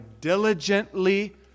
diligently